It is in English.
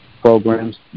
programs